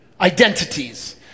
identities